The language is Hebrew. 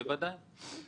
בוודאי.